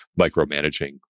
micromanaging